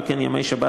וכן ימי שבת,